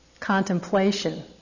contemplation